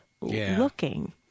looking